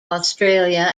australia